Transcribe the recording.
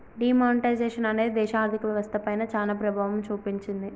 D monetisation అనేది దేశ ఆర్ధిక వ్యవస్థ పైన చానా ప్రభావం చూపించింది